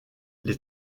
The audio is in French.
les